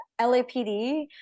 LAPD